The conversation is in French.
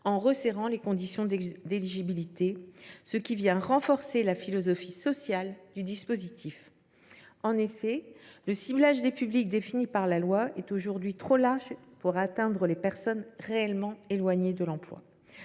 en resserrant les conditions d’éligibilité, ce qui vient renforcer la philosophie sociale du dispositif. En effet, le ciblage des publics défini à l’origine par la loi est aujourd’hui trop large pour atteindre les personnes réellement éloignées de l’emploi.